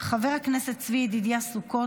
חבר הכנסת צבי ידידיה סוכות,